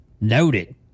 Noted